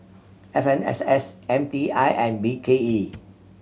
F M S S M T I and B K E